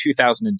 2002